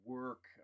work